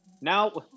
now